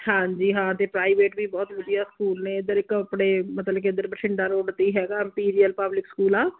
ਹਾਂਜੀ ਹਾਂ ਅਤੇ ਪ੍ਰਾਈਵੇਟ ਵੀ ਬਹੁਤ ਵਧੀਆ ਸਕੂਲ ਨੇ ਇਧਰ ਇੱਕ ਆਪਣੇ ਮਤਲਬ ਕਿ ਇਧਰ ਬਠਿੰਡਾ ਰੋਡ 'ਤੇ ਹੀ ਹੈਗਾ ਐਮਪੀਰੀਅਲ ਪਬਲਿਕ ਸਕੂਲ ਆ